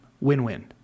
Win-win